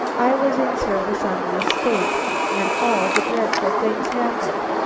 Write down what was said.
i was in service on the estate when all the dreadful things happened.